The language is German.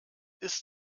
ist